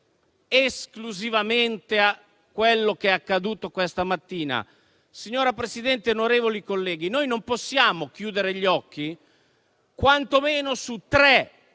esclusivamente a quello che è accaduto questa mattina. Signora Presidente, onorevoli colleghi, non possiamo chiudere gli occhi quantomeno su tre